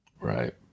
Right